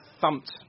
thumped